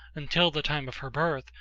until the time of her birth,